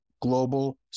global